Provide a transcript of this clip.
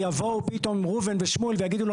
יבואו פתאום ראובן ושמואל ויגידו לו,